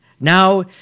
Now